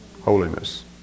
holiness